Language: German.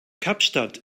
kapstadt